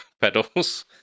pedals